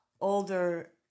older